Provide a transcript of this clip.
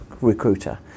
recruiter